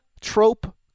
trope